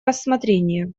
рассмотрения